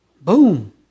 Boom